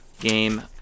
game